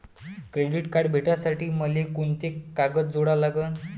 Credit card भेटासाठी मले कोंते कागद जोडा लागन?